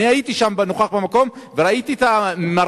אני הייתי שם, נוכח במקום, וראיתי את המראות